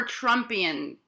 Trumpian